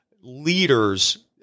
leaders